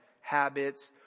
habits